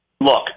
Look